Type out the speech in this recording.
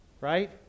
Right